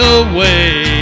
away